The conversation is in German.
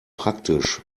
praktisch